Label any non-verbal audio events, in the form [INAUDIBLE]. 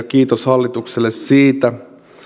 [UNINTELLIGIBLE] kiitos hallitukselle siitä